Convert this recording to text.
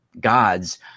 gods